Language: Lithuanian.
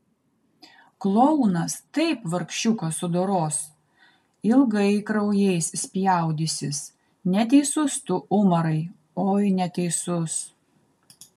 klounas taip vargšiuką sudoros ilgai kraujais spjaudysis neteisus tu umarai oi neteisus